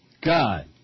God